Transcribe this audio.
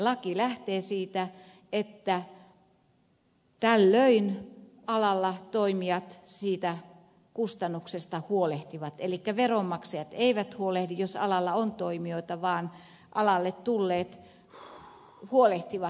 laki lähtee siitä että tällöin alalla toimijat siitä kustannuksesta huolehtivat elikkä veronmaksajat eivät huolehdi jos alalla on toimijoita vaan alalle tulleet huolehtivat